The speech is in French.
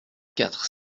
quatre